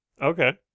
Okay